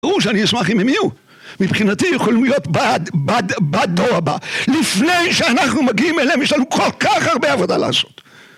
ברור שאני אשמח אם הם יהיו. מבחינתי יכולים להיות בדור הבא, לפני שאנחנו מגיעים אליהם יש לנו כל כך הרבה עבודה לעשות